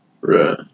Right